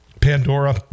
Pandora